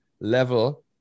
level